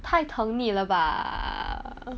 太疼你了吧